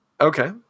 Okay